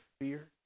fear